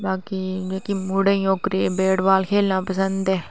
बाकी मुड़े गी ओह् बेटबाल खेलना पंसद ऐ